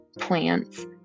plants